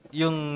yung